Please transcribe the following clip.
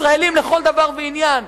ישראלים לכל דבר ועניין,